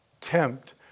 tempt